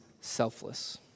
selfless